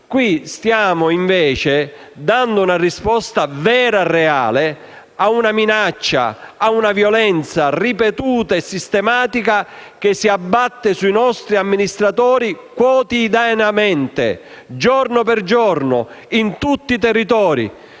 qui stiamo dando una risposta vera e reale a una minaccia, a una violenza ripetuta e sistematica che si abbatte sui nostri amministratori, quotidianamente, giorno per giorno, in tutti i territori.